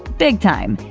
big time.